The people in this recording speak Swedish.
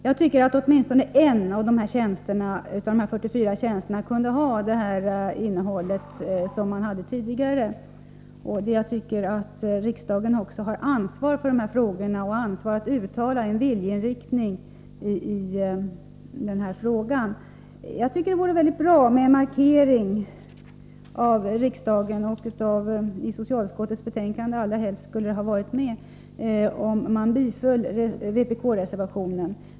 Jag tycker att åtminstone en av de 44 tjänsterna kunde ha det innehåll som den hade tidigare. Riksdagen har ett ansvar för dessa frågor och en skyldighet att uttala en viljeinriktning. Jag tycker att det vore väldigt bra med den markering -— allra helst skulle det ha varit med i socialutskottets betänkande — som det skulle innebära om riksdagen biföll vpk-reservationen.